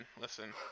listen